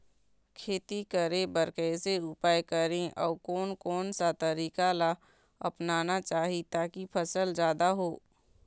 खेती करें बर कैसे उपाय करें अउ कोन कौन सा तरीका ला अपनाना चाही ताकि फसल जादा हो?